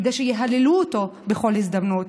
כדי שיהללו אותו בכל הזדמנות.